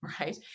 right